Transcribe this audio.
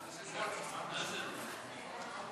ההצעה להעביר את הצעת חוק בתי-המשפט (תיקון מס' 82),